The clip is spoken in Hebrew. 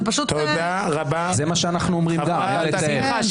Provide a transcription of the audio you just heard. זה גם מה שאנחנו אומרים "אין לתאר".